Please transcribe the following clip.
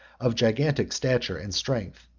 of gigantic stature and strength.